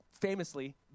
famously